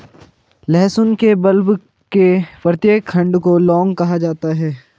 लहसुन के बल्ब के प्रत्येक खंड को लौंग कहा जाता है